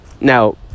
Now